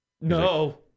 No